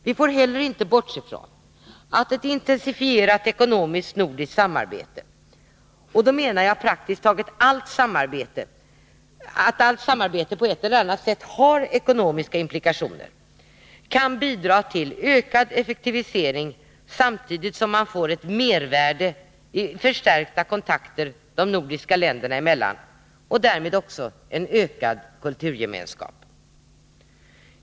Vi får heller inte bortse ifrån att ett intensifierat ekonomiskt nordiskt samarbete, och då menar jag att praktiskt taget allt samarbete på ett eller annat sätt har ekonomiska implikationer, kan bidra till ökad effektivisering, samtidigt som man får ett mervärde i förstärkta kontakter de nordiska länderna emellan och därmed också en ökad kulturgemenskap.